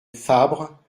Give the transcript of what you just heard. fabre